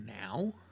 now